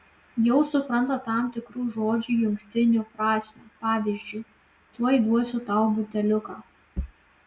jau supranta tam tikrų žodžių jungtinių prasmę pavyzdžiui tuoj duosiu tau buteliuką